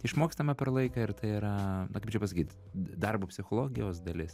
išmokstama per laiką ir tai yra na kaip čia pasakyt darbo psichologijos dalis